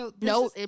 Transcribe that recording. No